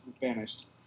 vanished